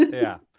yeah.